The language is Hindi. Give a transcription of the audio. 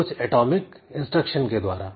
कुछ एटॉमिक इंस्ट्रक्शन के द्वारा